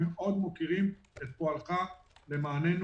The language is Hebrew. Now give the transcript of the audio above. מאוד מוקירים את פועלך למעננו,